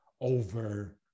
over